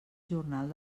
jornal